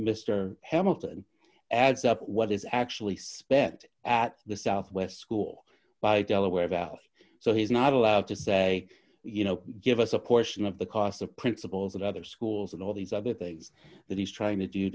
mr hamilton adds up what is actually spent at the southwest school by delaware valley so he's not allowed to say you know give us a portion of the cost of principals and other schools and all these other things that he's trying to do